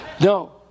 No